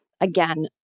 again